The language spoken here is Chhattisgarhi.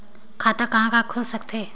खाता कहा कहा खुल सकथे?